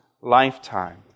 lifetime